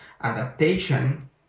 adaptation